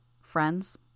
Friends